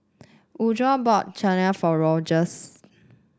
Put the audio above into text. Woodrow bought Chigenabe for Rogers